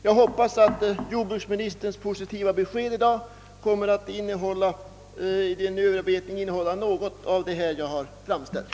Jag hoppas att man vid den överarbetning som jordbruksminis tern i dag aviserat kommer att beakta de synpunkter jag här har anfört.